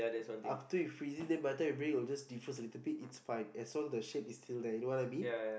after you freeze it then by the time you bring it it will just defrost a little bit it's fine as long as the shape is still there you know what I mean